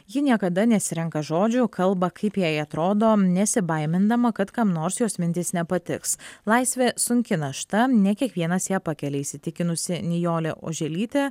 ji niekada nesirenka žodžių kalba kaip jai atrodo nesibaimindama kad kam nors jos mintys nepatiks laisvė sunki našta ne kiekvienas ją pakelia įsitikinusi nijolė oželytė